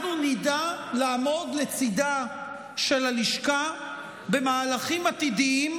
אנחנו נדע לעמוד לצידה של הלשכה במהלכים עתידיים,